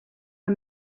are